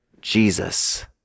Jesus